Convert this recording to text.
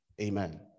amen